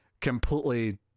completely